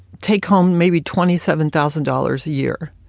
take home, maybe twenty seven thousand dollars a year.